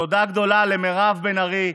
תודה גדולה למירב בן ארי,